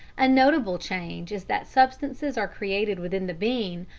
a notable change is that substances are created within the bean,